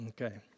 okay